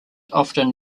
often